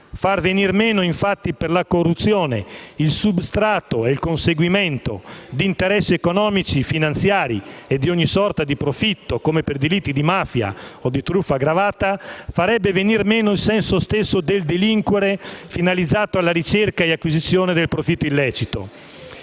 far venir meno, infatti, per la corruzione il substrato e il conseguimento di interessi economici, finanziari e di ogni sorta di profitto, come per i delitti di mafia o di truffa aggravata, farebbe venir meno il senso stesso del delinquere, finalizzato alla ricerca e acquisizione del profitto illecito.